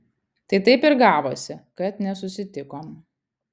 tai taip ir gavosi kad nesusitikom